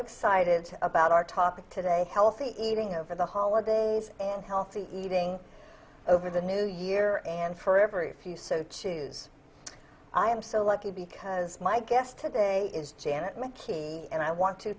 excited about our topic today healthy eating over the holidays and healthy eating over the new year and for every few so choose i am so lucky because my guest today is janet mckee and i want to